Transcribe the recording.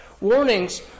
Warnings